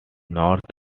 north